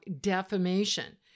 defamation